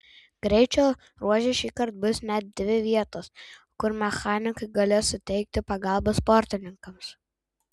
greičio ruože šį kartą bus net dvi vietos kur mechanikai galės suteikti pagalbą sportininkams